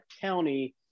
county